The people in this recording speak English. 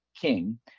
King